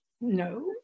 No